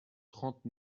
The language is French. trente